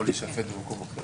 להישפט במקום אחר